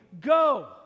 go